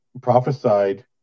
prophesied